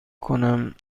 کنم